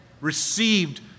received